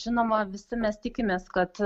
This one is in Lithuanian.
žinoma visi mes tikimės kad